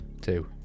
two